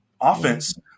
offense